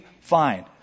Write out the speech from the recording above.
fine